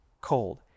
cold